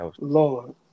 Lord